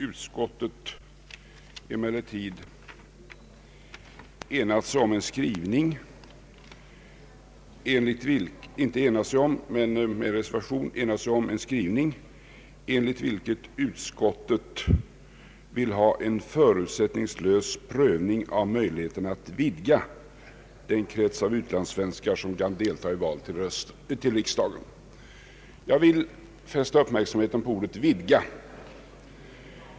Utskottsmajoriteten har enats om en skrivning, enligt vilken utskottet föreslår en förutsättningslös prövning av möjligheterna att vidga den krets av utlandssvenskar, som kan delta i val till riksdagen. Jag vill fästa uppmärksamheten på ordet ”vidga”.